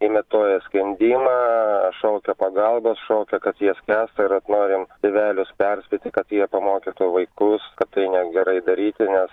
imituoja skendimą šaukia pagalbos šaukia kad jie skęsta ir vat norim tėvelius perspėti kad jie pamokytų vaikus kad tai negerai daryti nes